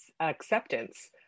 acceptance